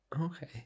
Okay